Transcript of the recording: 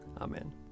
Amen